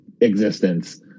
existence